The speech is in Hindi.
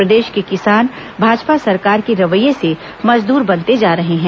प्रदेश के किसान भाजपा सरकार के रवैये से मजदूर बनते जा रहे हैं